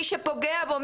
מי שפוגע בו,